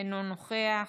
אינו נוכח,